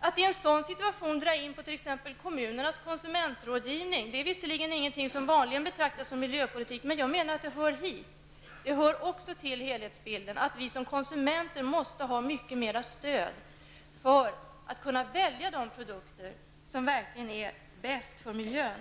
Att i en sådan situation dra in på t.ex. kommunernas konsumentrådgivning -- som ju är något som visserligen inte vanligen betraktas som miljöpolitik men som jag menar hör hit -- är fel. Det hör också till helhetsbilden att vi som konsumenter måste ha mycket mer stöd för att kunna välja de produkter som verkligen är bäst för miljön.